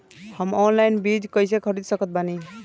हम ऑनलाइन बीज कइसे खरीद सकत बानी?